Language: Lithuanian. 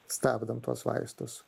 stabdom tuos vaistus